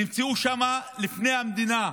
הם נמצאו שם לפני המדינה,